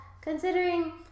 considering